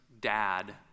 dad